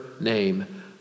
name